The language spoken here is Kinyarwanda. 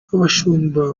abashumba